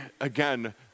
again